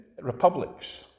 republics